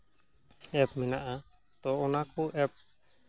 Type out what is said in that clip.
app ᱢᱮᱱᱟᱜᱼᱟ ᱛᱚ ᱚᱱᱟ ᱠᱚ ᱮᱯ